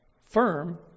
firm